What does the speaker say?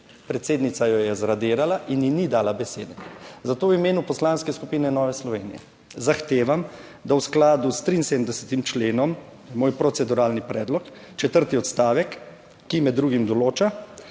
Predsednica jo je zradirala in ji ni dala besede, zato v imenu Poslanske skupine Nove Slovenije zahtevam, da v skladu s 73. členom - je moj proceduralni predlog - četrti odstavek, ki med drugim določa: